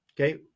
Okay